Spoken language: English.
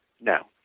no